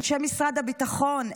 אנשי משרד הביטחון,